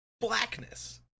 blackness